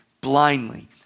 blindly